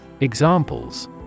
Examples